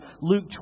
Luke